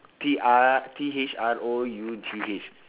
T R T H R O U G H